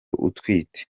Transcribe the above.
utwite